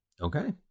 Okay